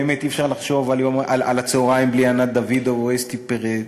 באמת אי-אפשר לחשוב על הצהריים בלי ענת דוידוב או אסתי פרז,